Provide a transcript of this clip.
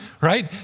right